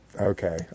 okay